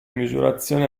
misurazione